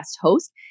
host